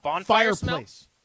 Fireplace